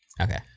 Okay